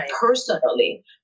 personally